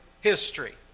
history